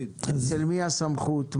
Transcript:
אצל מי הסמכות,